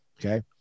Okay